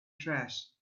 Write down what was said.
trash